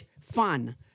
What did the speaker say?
fun